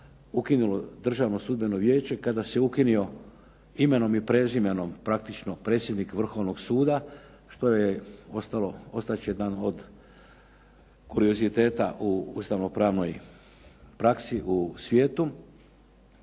ukinulo Državno sudbeno vijeće, kada se ukinuo imenom i prezimenom praktično predsjednik Vrhovnog suda što je ostalo, ostat će jedan od kurioziteta u ustavno-pravnoj praksi u svijetu,